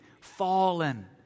fallen